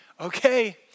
okay